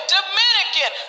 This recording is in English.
Dominican